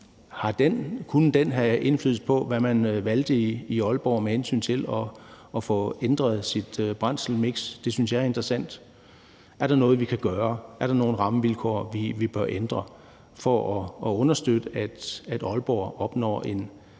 Kunne den have indflydelse på, hvad man vælger i Aalborg med hensyn til at få ændret sit brændselsmiks? Det synes jeg er interessant. Er der noget, vi kan gøre? Er der nogle rammevilkår, vi bør ændre for at understøtte, at Aalborg opnår en omstilling